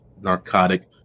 narcotic